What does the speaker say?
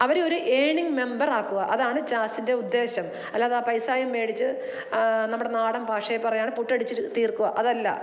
അവരെ ഒരു ഏണിങ്ങ് മെമ്പറാക്കുക അതാണ് ചാസ്സിൻ്റെ ഉദ്ദേശം അല്ലാതെ പൈസായും മേടിച്ച് നമ്മുടെ നാടൻ ഭാഷയിൽ പറയുവാണെ പുട്ടടിച്ച് തീർക്കുക അതല്ല